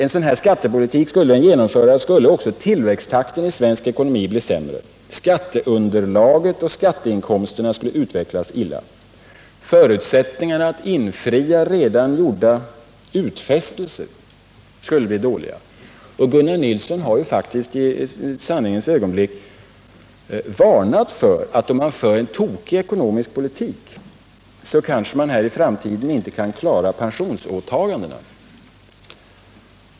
Om denna skattepolitik genomfördes, skulle också tillväxttakten i svensk ekonomi bli sämre. Skatteunderlaget och skatteinkomsterna skulle utvecklas illa. Förutsättningarna för att infria redan gjorda utfästelser skulle bli dåliga. Gunnar Nilsson har faktiskt i ett sanningens ögonblick varnat för att vi i framtiden kanske inte kan fullgöra pensionsåtagandena, om det förs en tokig ekonomisk politik.